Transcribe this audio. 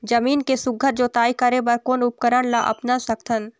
जमीन के सुघ्घर जोताई करे बर कोन उपकरण ला अपना सकथन?